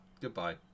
goodbye